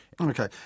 Okay